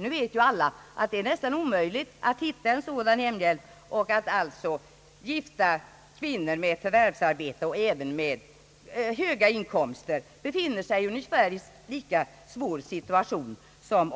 Nu vet ju alla att det är nästan omöjligt att hitta en sådan hemhjälp, och att alltså även gifta kvinnor med förvärvsarbete och höga inkomster befinner sig i en ungefär lika svår situation som